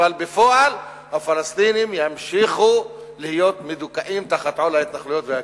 אבל בפועל הפלסטינים ימשיכו להיות מדוכאים תחת עול ההתנחלויות והכיבוש.